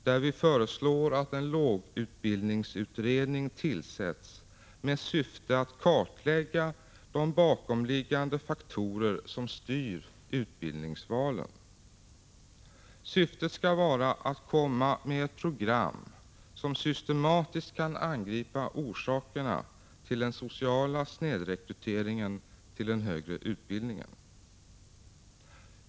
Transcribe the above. Där föreslår vi att en lågutbildningsutredning tillsätts med syfte att kartlägga de bakomliggande faktorer som styr utbildningsvalen. Syftet skall vara att ta fram ett program med vars hjälp man systematiskt skall kunna angripa orsakerna till den sociala snedrekryteringen till den högre utbildningen.